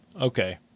okay